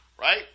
right